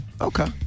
Okay